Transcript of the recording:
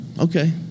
Okay